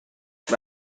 چرا